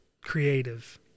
creative